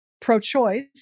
pro-choice